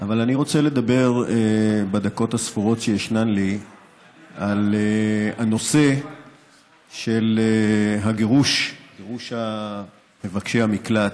אבל אני רוצה לדבר בדקות הספורות שיש לי על הנושא של גירוש מבקשי המקלט.